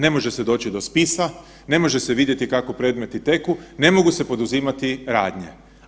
Ne može se doći do spisa, ne može se vidjeti kako predmeti teku, ne mogu se poduzimati radnje.